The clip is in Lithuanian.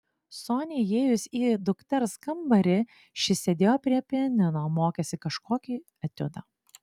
soniai įėjus į dukters kambarį ši sėdėjo prie pianino mokėsi kažkokį etiudą